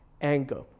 anger